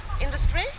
industry